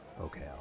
Okay